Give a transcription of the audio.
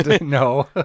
No